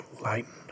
lightened